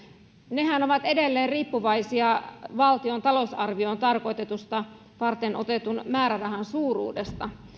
nehän ovat edelleen riippuvaisia valtion talousarvioon tarkoitusta varten otetun määrärahan suuruudesta